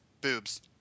boobs